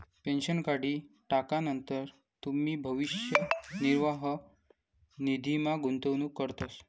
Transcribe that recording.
pension काढी टाकानंतर तुमी भविष्य निर्वाह निधीमा गुंतवणूक करतस